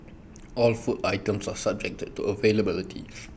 all food items are subjected to availability